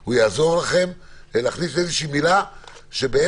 הוא יעזור לכם להכניס איזושהי מילה שאומרת,